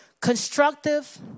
constructive